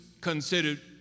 considered